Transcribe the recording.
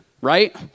right